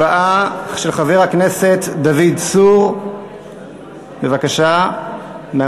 חברת הכנסת מיכאלי, חבר הכנסת אקוניס, חברת הכנסת